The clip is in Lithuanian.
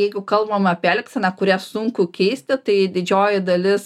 jeigu kalbam apie elgseną kurią sunku keisti tai didžioji dalis